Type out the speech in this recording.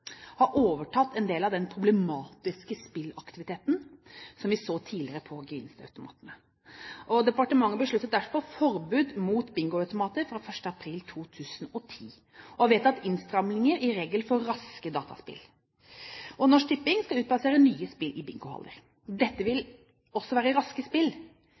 har overtatt en del av den problematiske spilleaktiviteten som vi så tidligere på gevinstautomatene. Departementet besluttet derfor forbud mot bingoautomater fra 1. april 2010, og har vedtatt innstramminger i reglene for raske dataspill. Norsk Tipping skal utplassere nye spill i bingohaller. Dette vil også være raske spill,